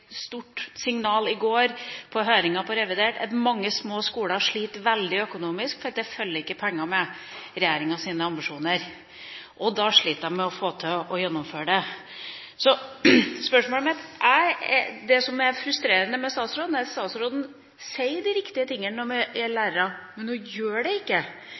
stort signal i går, på høringa om revidert, om at mange små skoler sliter veldig økonomisk fordi det ikke følger penger med regjeringas ambisjoner. Da sliter de med å få til å gjennomføre det. Spørsmålet mitt er: Det som er frustrerende med statsråden, er at statsråden sier de riktige tingene når det gjelder lærere – men hun gjør det ikke.